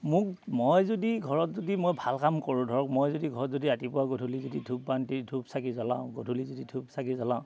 মোক মই যদি ঘৰত যদি মই ভাল কাম কৰোঁ ধৰক মই যদি ঘৰত যদি ৰাতিপুৱা গধূলি যদি ধূপ বন্তি ধূপ চাকি জ্বলাওঁ গধূলি যদি ধূপ চাকি জ্বলাওঁ